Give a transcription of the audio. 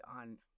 on